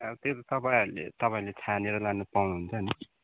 अब त्यो त तपाईँहरूले तपाईँले छानेर लानु पाउनु हुन्छ नि